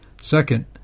Second